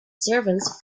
servants